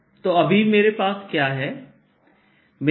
तो अभी मेरे पास क्या है मेरे पास Ar04πKsinsinϕ